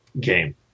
game